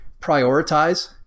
prioritize